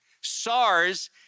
SARS